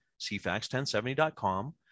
cfax1070.com